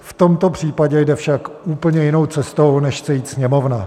V tomto případě jde však úplně jinou cestou, než chce jít Sněmovna.